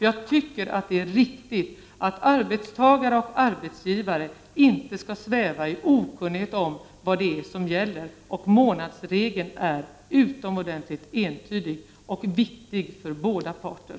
Jag tycker att det är viktigt att arbetstagare och arbetsgivare inte svävar i okunnighet om vad det är som gäller. Månadsregeln är utomordentligt entydig och viktig för båda parter.